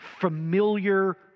familiar